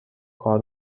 کار